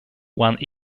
one